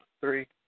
three